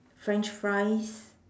french fries